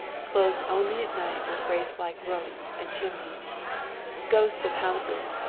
clothed only at night with wraithlike roofs and chimneys ghosts of houses,